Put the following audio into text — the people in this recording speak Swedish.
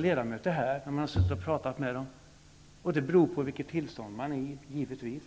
ledamöter här har jag fått höra de mest skrämmande uttryck. Det beror på vilket tillstånd man är i.